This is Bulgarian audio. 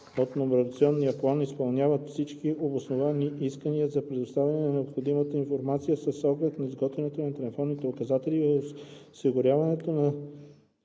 от номерационен план, изпълняват всички обосновани искания за предоставяне на необходимата информация с оглед на изготвянето на телефонни указатели и осигуряването на